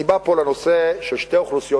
אני בא פה לנושא של שתי אוכלוסיות,